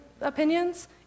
opinions